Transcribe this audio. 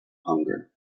hunger